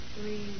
three